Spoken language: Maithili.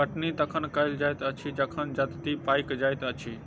कटनी तखन कयल जाइत अछि जखन जजति पाकि जाइत अछि